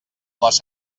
les